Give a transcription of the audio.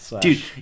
dude